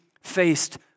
faced